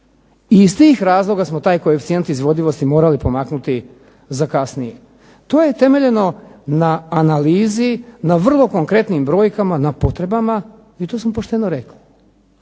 Iz tih razloga smo taj koeficijent izvodljivosti morali pomaknuti za kasniji. To je temeljeno na analizi na vrlo konkretnim brojkama, na potrebama i to sam pošteno rekao.